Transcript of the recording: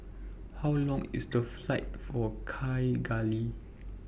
How Long IS The Flight to Kigali